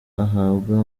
ahabwa